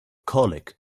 colic